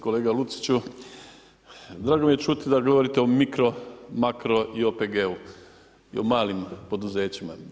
Kolega Luciću drago mi je čuti da govorite o mikro, makro i OPG-u i o malim poduzećima.